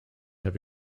have